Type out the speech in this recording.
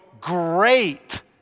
great